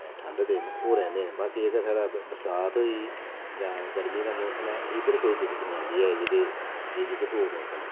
ठंड दे न ओह् रौह्ने न बाकी जेह्का साढ़ा बरसांत होई जां गर्मी दा मौसम ऐ इद्धर कोई दिक्कत निं औंदी ऐ जेह्के एह् जेह्के दो मौसम न